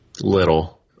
Little